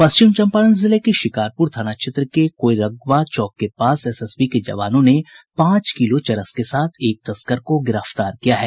पश्चिम चम्पारण जिले के शिकारपुर थाना क्षेत्र के कोइरगवा चौक के पास से एसएसबी के जवानों ने पांच किलो चरस के साथ एक तस्कर गिरफ्तार किया है